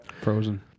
Frozen